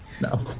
No